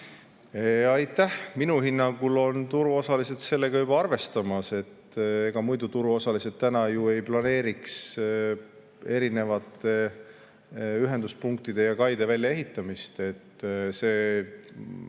Aitäh! Minu hinnangul on turuosalised sellega juba arvestamas, muidu turuosalised täna ju ei planeeriks erinevate ühenduspunktide ja kaide väljaehitamist. See,